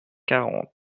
quarante